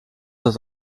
das